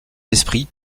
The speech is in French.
esprits